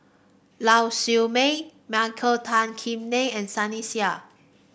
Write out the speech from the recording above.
Lau Siew Mei Michael Tan Kim Nei and Sunny Sia